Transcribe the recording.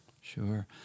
Sure